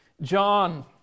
John